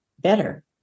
better